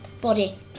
body